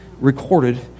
recorded